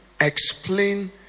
explain